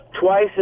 twice